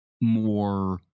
more